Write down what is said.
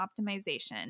optimization